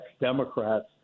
Democrats